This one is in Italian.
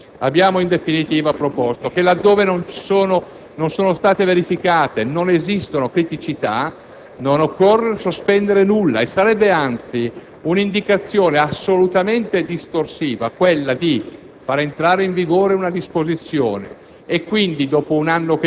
dell'accesso alla magistratura e dei concorsi. Abbiamo, in definitiva, proposto che, laddove non siano state riscontrate criticità, non occorre sospendere nulla. Sarebbe, anzi, un'indicazione assolutamente distorsiva quella di